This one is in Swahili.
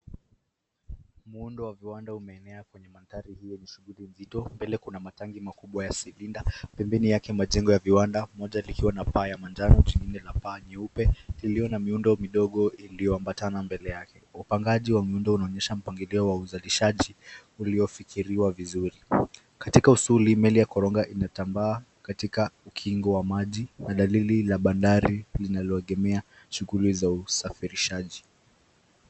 Muundo wa viwanda umeenea kwenye mandhari hii yenye shughuli mzito. Mbele kuna matangi makubwa ya silinda, pembeni yake majengo ya viwanda moja likiwa na paa ya manjano, jingine ya paa nyeupe, iliyo na miundo midogo iliyoambatana mbele yake. Upangaji wa miundo unaonyesha mpangilio wa uzalishaji uliofikiriwa vizuri. Katika usuli miliakoroga imetambaa katika ukingo wa maji, dalili la bandari linaloegemea shughuli za usafirishaji.